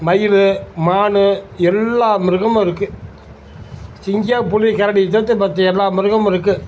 மயிலு மானு எல்லா மிருகமும் இருக்குது சிங்கம் புலி கரடி இதத்த பற்றி எல்லா மிருகமும் இருக்குது